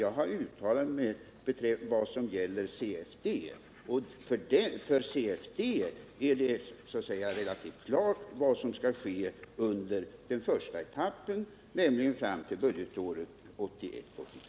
Jag har uttalat mig om vad som gäller CFD, och för CFD är det relativt klart vad som skall ske under den första etappen fram till budgetåret 1981/82.